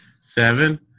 Seven